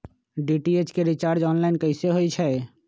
DTH के recharge online कैसे होईछई?